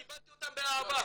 קיבלתי אותם באהבה.